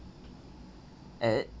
at